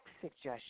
suggestion